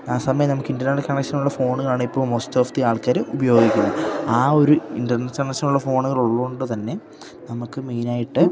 ആ സമയം നമുക്ക് ഇൻ്റർനെറ്റ് കണക്ഷനുള്ള ഫോണുകളാണ് ഇപ്പോള് മോസ്റ്റ് ഓഫ് ദി ആൾക്കാര് ഉപയോഗിക്കുന്നത് ആ ഒരു ഇൻ്റർനെറ്റ് കണക്ഷനുള്ള ഫോണുകളുള്ളത് കൊണ്ടുതന്നെ നമുക്ക് മെയിനായിട്ട്